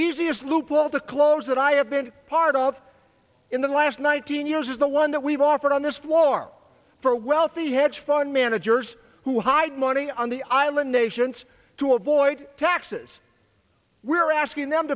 easiest loophole to close that i have been part of in the last one thousand years is the one that we've offered on this floor for wealthy hedge fund managers who hide money on the island nations to avoid taxes we're asking them